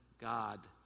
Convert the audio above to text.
God